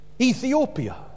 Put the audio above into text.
Ethiopia